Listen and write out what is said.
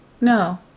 No